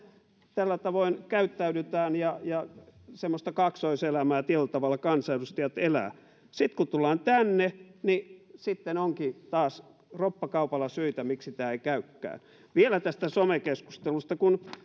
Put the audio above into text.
tällä tavoin käyttäydytään ja ja semmoista kaksoiselämää tietyllä tavalla kansanedustajat elävät sitten kun tullaan tänne niin sitten onkin taas roppakaupalla syitä miksi tämä ei käykään vielä tästä somekeskustelusta kun